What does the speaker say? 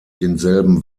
denselben